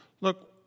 look